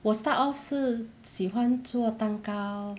我 start off 是喜欢做蛋糕